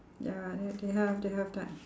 ya they they have they have that